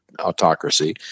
autocracy